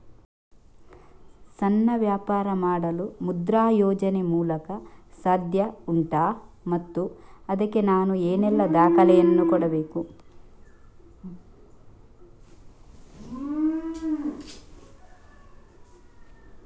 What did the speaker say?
ಸಣ್ಣ ವ್ಯಾಪಾರ ಮಾಡಲು ಮುದ್ರಾ ಯೋಜನೆ ಮೂಲಕ ಸಾಧ್ಯ ಉಂಟಾ ಮತ್ತು ಅದಕ್ಕೆ ನಾನು ಏನೆಲ್ಲ ದಾಖಲೆ ಯನ್ನು ಕೊಡಬೇಕು?